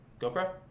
GoPro